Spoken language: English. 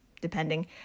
depending